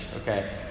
Okay